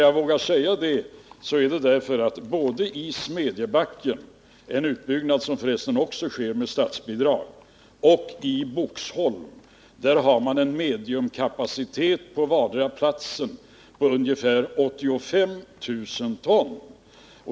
Jag vågar säga detta därför att både i Smedjebacken — utbyggnaden där sker förresten också med statsbidrag — och i Boxholm har man en mediumkapacitet på ungefär 85 000 ton.